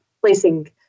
placing